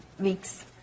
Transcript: weeks